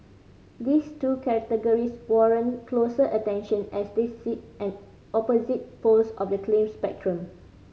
these two categories warrant closer attention as they sit at opposite poles of the claim spectrum